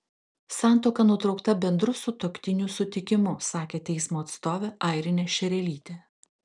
santuoka nutraukta bendru sutuoktinių sutikimu sakė teismo atstovė airinė šerelytė